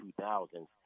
2000s